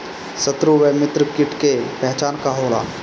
सत्रु व मित्र कीट के पहचान का होला?